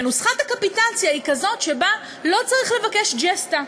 ונוסחת הקפיטציה היא כזאת שבה לא צריך לבקש ג'סטה,